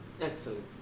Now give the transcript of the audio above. Excellent